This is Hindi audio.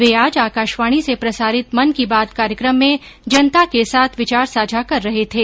वे आज आकाशवाणी से प्रसारित मन की बात कार्यक्रम में जनता के साथ विचार साझा कर रहे थे